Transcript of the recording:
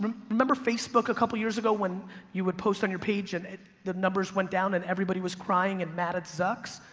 remember facebook a couple years ago when you would post on your page and the numbers went down and everybody was crying and mad at zucks?